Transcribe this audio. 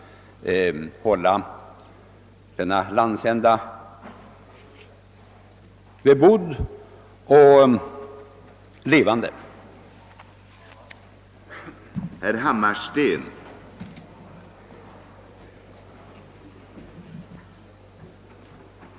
Ett villkor härför är dock att denna landsända är bebodd och hålls Jevande.